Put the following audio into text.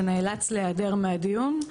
שנאלץ להיעדר מהדיון.